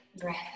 breath